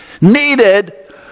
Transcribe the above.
needed